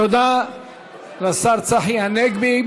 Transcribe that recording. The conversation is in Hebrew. תודה לשר צחי הנגבי.